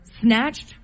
snatched